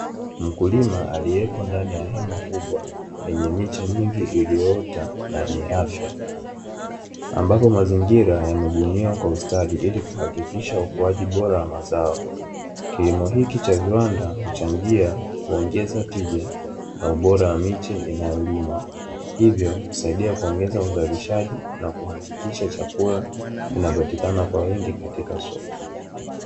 Mkulima aliepo ndani ya hema kubwa lenye miche mingi iliyoota na yenye afya, ambapo mazingira yamebuniwa kwa ustadi ili kuhakikisha ukuaji bora wa mazao. Kilimo iki cha viwanda huchangia kuongeza tija na ubora wa miche inayolimwa hivyo husaidia kuongeza uzalishaji na kuhakikisha chakula kinapatikana kwa wingi katika soko.